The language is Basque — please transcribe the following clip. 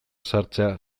sartzea